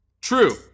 True